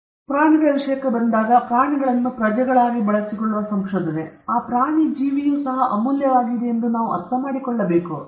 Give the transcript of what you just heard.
ಆದ್ದರಿಂದ ನೀವು ಪ್ರಾಣಿಗಳಿಗೆ ಬಂದಾಗ ಪ್ರಾಣಿಗಳನ್ನು ಪ್ರಜೆಗಳಾಗಿ ಬಳಸಿಕೊಳ್ಳುವ ಸಂಶೋಧನೆ ಮತ್ತೆ ಆ ಪ್ರಾಣಿ ಜೀವಿಯು ಸಹ ಅಮೂಲ್ಯವಾಗಿದೆ ಎಂದು ನಾವು ಅರ್ಥಮಾಡಿಕೊಳ್ಳಬೇಕು